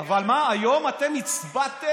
אבל מה, היום אתם הצבעתם